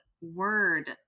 word